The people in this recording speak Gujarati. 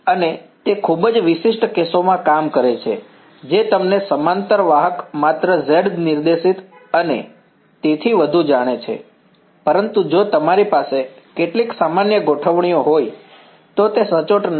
અને તે ખૂબ જ વિશિષ્ટ કેસોમાં કામ કરે છે જે તમને સમાંતર વાહક માત્ર Z નિર્દેશિત અને તેથી વધુ જાણે છે પરંતુ જો તમારી પાસે કેટલીક સામાન્ય ગોઠવણી હોય તો તે સચોટ નથી